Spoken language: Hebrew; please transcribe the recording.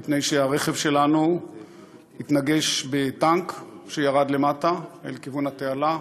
מפני שהרכב שלנו התנגש בטנק שירד למטה אל כיוון התעלה.